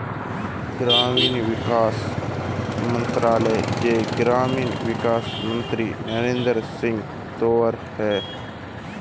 ग्रामीण विकास मंत्रालय के ग्रामीण विकास मंत्री नरेंद्र सिंह तोमर है